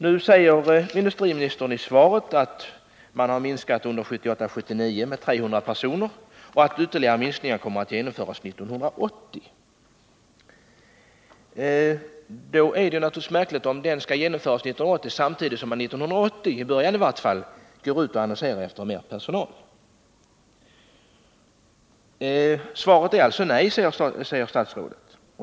Nu säger industriministern i svaret att man under 1978/79 har minskat antalet anställda med 300 personer och att ytterligare minskningar kommer att genomföras under 1980. Det är märkligt om en minskning skall genomföras under 1980 samtidigt som man i början av det året går ut och annonserar efter mer personal. Svaret är nej, säger statsrådet.